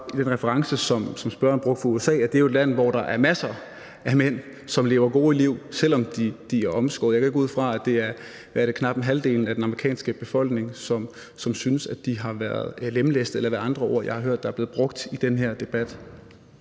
den reference, som spørgeren brugte fra USA, er det jo et land, hvor der er masser af mænd, som lever gode liv, selv om de er omskåret. Jeg går ikke ud fra, at, hvad er det, knap halvdelen af den amerikanske befolkning synes, at de er blevet lemlæstet eller nogle af de andre ord, jeg har hørt er blevet brugt i den her debat.